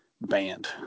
band